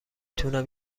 تونم